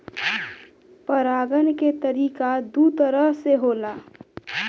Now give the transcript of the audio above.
परागण के तरिका दू तरह से होला